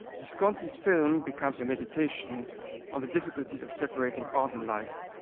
visconti's film becomes a meditation on the difficulties of separating art and life.